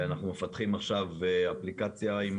אנחנו מפתחים עכשיו אפליקציה עם